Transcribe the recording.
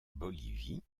bolivie